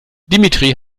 dimitri